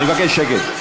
סליחה, אני מבקש שקט.